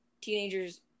teenagers